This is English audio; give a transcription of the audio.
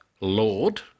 Lord